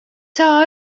saa